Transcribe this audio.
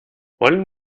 wollen